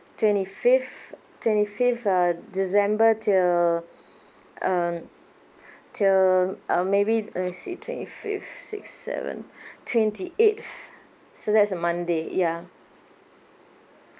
twenty fifth twenty fifth uh december to uh to uh maybe let me see twenty fifth sixth seventh twenty eighth so that's a monday ya